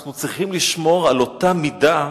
אנחנו צריכים לשמור על אותה מידה,